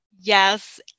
Yes